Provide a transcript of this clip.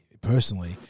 personally